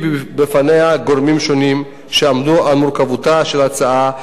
בפניה גורמים שונים שעמדו על מורכבותה של ההצעה.